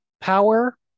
power